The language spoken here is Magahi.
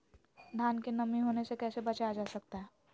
धान में नमी होने से कैसे बचाया जा सकता है?